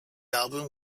album